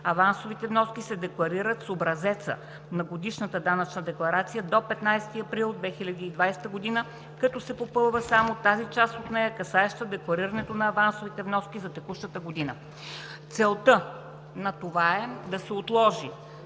авансовите вноски се декларират с образеца на годишната данъчна декларация до 15 април 2020 г., като се попълва само тази част от нея, касаеща декларирането на авансовите вноски за текущата година;“. Целта на това е да се отложи